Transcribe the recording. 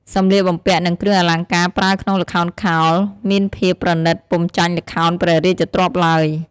សម្លៀកបំពាក់និងគ្រឿងអលង្ការប្រើក្នុងល្ខោនខោលមានភាពប្រណិតពុំចាញ់ល្ខោនព្រះរាជទ្រព្យឡើយ។